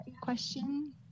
question